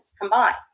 combined